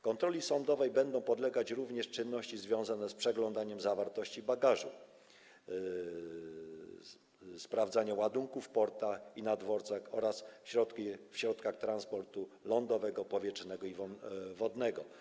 Kontroli sądowej będą podlegać również czynności związane z przeglądaniem zawartości bagażu, sprawdzaniem ładunków w portach i na dworcach oraz w środkach transportu lądowego, powietrznego i wodnego.